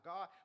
God